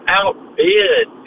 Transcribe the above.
outbid